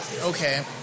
okay